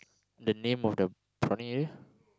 the name of the prawning area